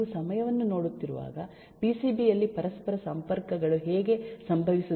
ನೀವು ಸಮಯವನ್ನು ನೋಡುತ್ತಿರುವಾಗ ಪಿಸಿಬಿ ಯಲ್ಲಿ ಪರಸ್ಪರ ಸಂಪರ್ಕಗಳು ಹೇಗೆ ಸಂಭವಿಸುತ್ತವೆ ಎಂಬುದರ ಬಗ್ಗೆ ನಿಮಗೆ ಕಾಳಜಿ ಇಲ್ಲ